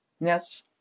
yes